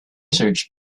search